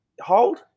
hold